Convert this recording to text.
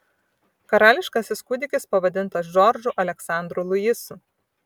karališkasis kūdikis pavadintas džordžu aleksandru luisu